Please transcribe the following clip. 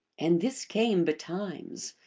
and this came betimes,